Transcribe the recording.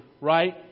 right